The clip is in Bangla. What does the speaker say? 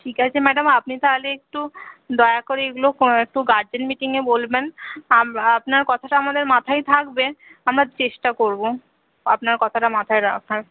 ঠিক আছে ম্যাডাম আপনি তাহলে একটু দয়া করে এইগুলো একটু গার্জেন মিটিংয়ে বলবেন আমরা আপনার কথাটা আমাদের মাথায় থাকবে আমরা চেষ্টা করব আপনার কথাটা মাথায় রাখার